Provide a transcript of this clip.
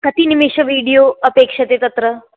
कति निमिषं वीडियो अपेक्षते तत्र